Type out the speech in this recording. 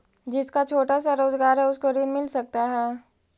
जिसका छोटा सा रोजगार है उसको ऋण मिल सकता है?